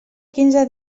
quinze